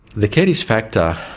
the keddies factor,